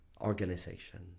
organization